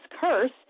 curse